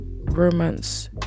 romance